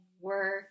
work